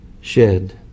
shed